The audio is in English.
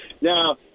Now